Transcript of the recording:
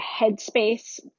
Headspace